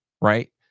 right